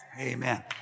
Amen